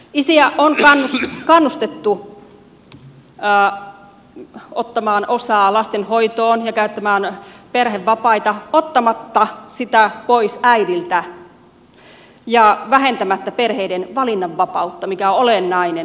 isiä on kannustettu ottamaan osaa lastenhoitoon ja käyttämään perhevapaita ottamatta sitä pois äidiltä ja vähentämättä perheiden valinnanvapautta mikä on olennainen olennainen asia